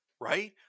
right